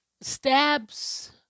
stabs